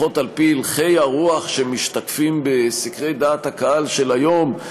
לפחות על-פי הלכי הרוח שמשתתפים בסקרי דעת הקהל של היום,